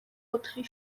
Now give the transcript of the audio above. ოთხი